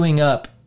up